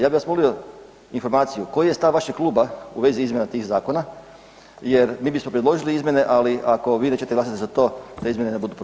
Ja bih vas molio informaciju koji je stav vašeg kluba u vezi izmjena tih zakona jer mi bismo predložili izmjene ali ako vi nećete glasati za to te izmjene ne budu prošle.